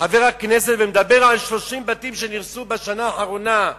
על 30 בתים שנהרסו בשנה האחרונה,